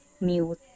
mute